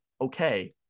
okay